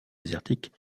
désertiques